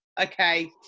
okay